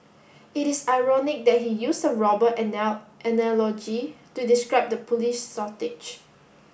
it is ironic that he used a robber analogy to describe the police shortage